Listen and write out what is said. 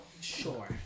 Sure